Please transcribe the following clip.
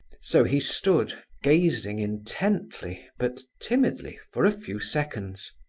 so he stood, gazing intently, but timidly, for a few seconds.